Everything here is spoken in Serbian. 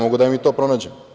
Mogu da vam i to pronađem.